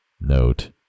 Note